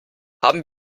haben